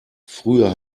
früher